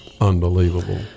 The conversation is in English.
Unbelievable